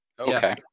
Okay